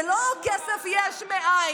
זה לא כסף יש מאין.